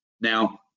Now